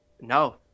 No